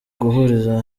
guhuriza